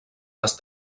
les